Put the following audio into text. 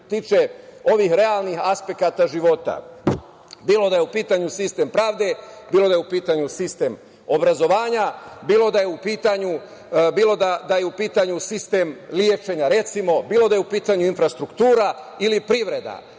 tiče ovih realnih aspekata života, bilo da je u pitanju sistem pravde, bilo da je u pitanju sistem obrazovanja, bilo da je u pitanju sistem lečenja, bilo da je u pitanju infrastruktura ili privreda.